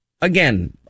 again